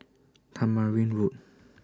Tamarind Road